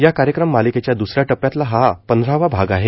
या कार्यक्रम मालिकेच्या दुसऱ्या टप्प्यातला हा पंधरावा भाग आहे